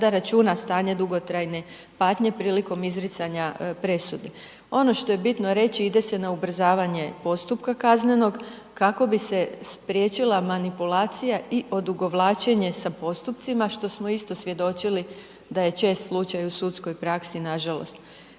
sada računa stanje dugotrajne patnje prilikom izricanja presude. Ono što je bitno reći, ide se na ubrzavanje postupka kaznenog kako bi se spriječila manipulacija i odugovlačenje sa postupcima što smo isto svjedočili da je čest slučaj u sudskoj praksi nažalost.